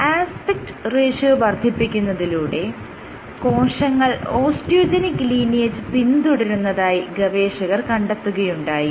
aspect ratio വർദ്ധിപ്പിക്കുന്നതിലൂടെ കോശങ്ങൾ osteogenic lineage പിന്തുടരുന്നതായി ഗവേഷകർ കണ്ടെത്തുകയുണ്ടായി